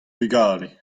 bugale